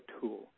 tool